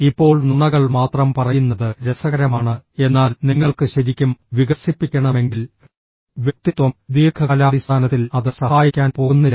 ഇപ്പോൾ നുണകൾ മാത്രം പറയുന്നത് രസകരമാണ് എന്നാൽ നിങ്ങൾക്ക് ശരിക്കും വികസിപ്പിക്കണമെങ്കിൽ വ്യക്തിത്വം ദീർഘകാലാടിസ്ഥാനത്തിൽ അത് സഹായിക്കാൻ പോകുന്നില്ല